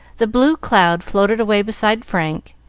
the blue cloud floated away beside frank,